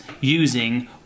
using